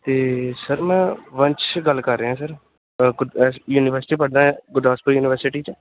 ਅਤੇ ਸਰ ਮੈਂ ਵੰਸ਼ ਗੱਲ ਕਰ ਰਿਹਾਂ ਸਰ ਅ ਕੁ ਅ ਯੂਨੀਵਰਸਿਟੀ ਪੜ੍ਹਦਾ ਐਂ ਗੁਰਦਾਸਪੁਰ ਯੂਨੀਵਰਸਿਟੀ 'ਚ